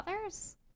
others